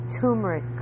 turmeric